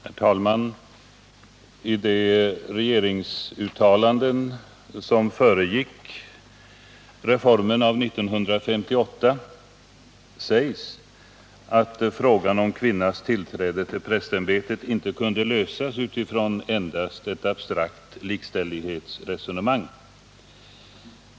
Herr talman! I de regeringsuttalanden som föregick reformen av år 1958 sägs att frågan om kvinnans tillträde till prästämbetet inte kunde lösas utifrån endast ett abstrakt likställighetsresonemang.